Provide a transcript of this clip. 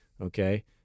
Okay